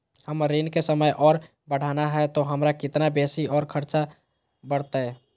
हमर ऋण के समय और बढ़ाना है तो हमरा कितना बेसी और खर्चा बड़तैय?